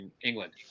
England